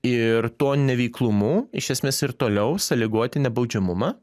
ir tuo neveiklumu iš esmės ir toliau sąlygoti nebaudžiamumą